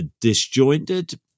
disjointed